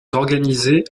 d’organiser